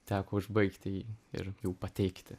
teko užbaigti jį ir jau pateikti